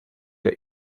der